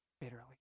bitterly